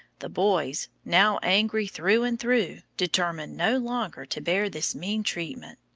the boys, now angry through and through, determined no longer to bear this mean treatment.